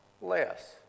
less